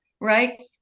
right